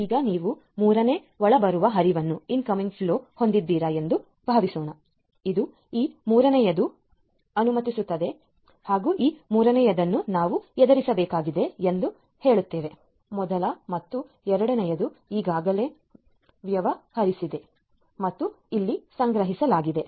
ಈಗ ನೀವು ಮೂರನೇ ಒಳಬರುವ ಹರಿವನ್ನು ಹೊಂದಿದ್ದೀರಿ ಎಂದು ಹೇಳೋಣ ಇದು ಈ ಮೂರನೆಯದನ್ನು ಅನುಮತಿಸುತ್ತದೆ ಈ ಮೂರನೆಯದನ್ನು ನಾವು ಎದುರಿಸಬೇಕಾಗಿದೆ ಎಂದು ನಾವು ಹೇಳುತ್ತೇವೆ ಮೊದಲ ಮತ್ತು ಎರಡನೆಯದು ಈಗಾಗಲೇ ವ್ಯವಹರಿಸಿದೆ ಇಲ್ಲಿ ಸಂಗ್ರಹಿಸಲಾಗಿದೆ